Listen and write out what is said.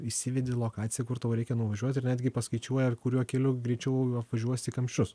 įsivedi lokaciją kur tau reikia nuvažiuot ir netgi paskaičiuoja ar kuriuo keliu greičiau apvažiuosi kamščius